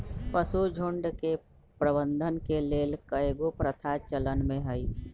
पशुझुण्ड के प्रबंधन के लेल कएगो प्रथा चलन में हइ